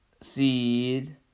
seed